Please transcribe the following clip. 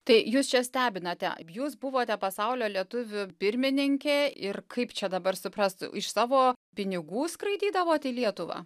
tai jūs čia stebinate jūs buvote pasaulio lietuvių pirmininkė ir kaip čia dabar suprast iš savo pinigų skraidydavote į lietuvą